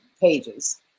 pages